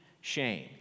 shame